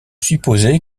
supposer